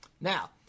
Now